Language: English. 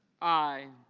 i.